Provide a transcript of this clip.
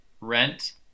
rent